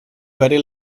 very